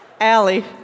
Allie